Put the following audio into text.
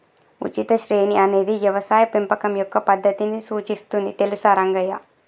ఉచిత శ్రేణి అనేది యవసాయ పెంపకం యొక్క పద్దతిని సూచిస్తుంది తెలుసా రంగయ్య